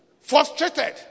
Frustrated